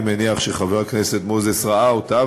ואני מניח שחבר הכנסת מוזס ראה אותה.